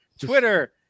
Twitter